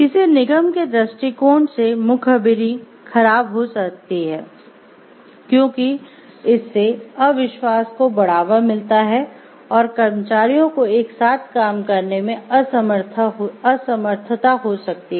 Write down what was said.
किसी निगम के दृष्टिकोण से मुखबिरी खराब हो सकती है क्योंकि इससे अविश्वास को बढ़ावा मिलता है और कर्मचारियों को एक साथ काम करने में असमर्थता हो सकती है